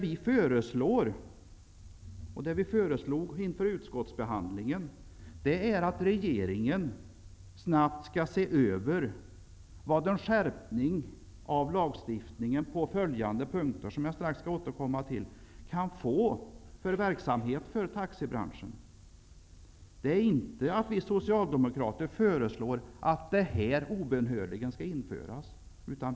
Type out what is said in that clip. Vi föreslår, och vi föreslog inför utskottsbehandlingen, att regeringen snabbt skall se över vad en skärpning av lagstiftningen på de punkter som jag strax skall återkomma till, kan få för följder för taxibranschen. Vi socialdemokrater föreslår inte att detta obönhörligen skall införas.